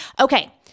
Okay